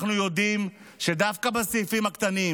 אנחנו יודעים שדווקא בסעיפים הקטנים,